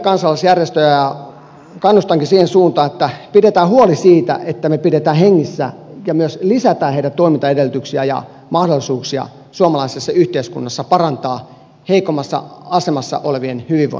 kannustankin siihen suuntaan että pidetään huoli siitä että me pidämme niitä hengissä ja myös lisäämme heidän toimintaedellytyksiään ja mahdollisuuksia suomalaisessa yhteiskunnassa parantaa heikommassa asemassa olevien hyvinvointia